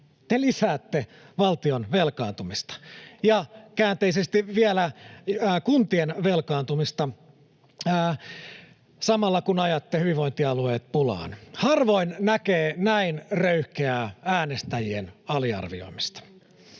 te lisäätte valtion velkaantumista ja käänteisesti vielä kuntien velkaantumista samalla, kun ajatte hyvinvointialueet pulaan. Harvoin näkee näin röyhkeää äänestäjien aliarvioimista.